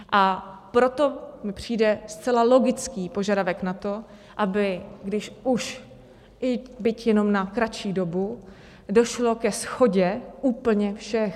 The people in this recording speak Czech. A proto mi přijde zcela logický požadavek na to, aby když už i byť jenom na kratší dobu došlo ke shodě úplně všech.